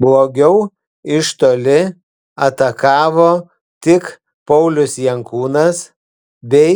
blogiau iš toli atakavo tik paulius jankūnas bei